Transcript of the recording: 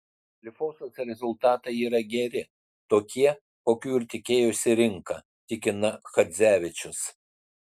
lifosos rezultatai yra geri tokie kokių ir tikėjosi rinka tikina chadzevičius